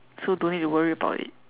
so don't need to worry about it